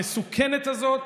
המסוכנת הזאת,